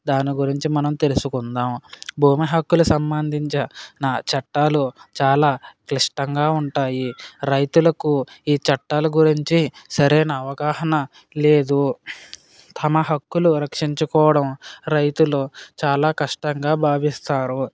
దాని గురించి మనం తెలుసుకుందాం భూమి హక్కుల సంబంధించిన నా చట్టాలు చాలా క్లిష్టంగా ఉంటాయి రైతులకు ఈ చట్టాల గురించి సరైన అవగాహన లేదు తమ హక్కులు రక్షించుకోవడం రైతులు చాలా కష్టంగా భావిస్తారు